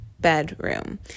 bedroom